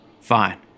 fine